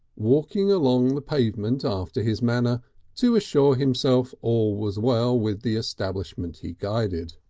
walking along the pavement after his manner to assure himself all was well with the establishment he guided.